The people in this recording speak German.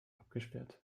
abgesperrt